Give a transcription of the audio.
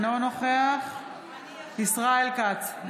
אינו נוכח ישראל כץ,